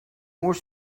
more